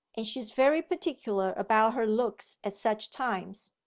and she's very particular about her looks at such times.